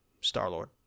Star-Lord